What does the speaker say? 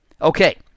Okay